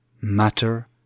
Matter